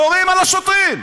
יורים על השוטרים,